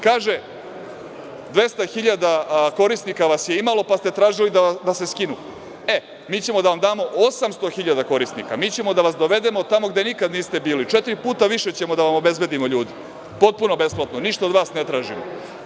Kaže – 200.000 korisnika vas je imalo pa ste tražili da vas skinu, e, mi ćemo da vam damo 800.000 korisnika, mi ćemo da vas dovedemo tamo gde nikad niste bili, četiri puta više ćemo da vam obezbedimo ljudi, potpuno besplatno, ništa od vas ne tražimo.